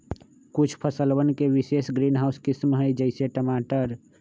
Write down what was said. कुछ फसलवन के विशेष ग्रीनहाउस किस्म हई, जैसे टमाटर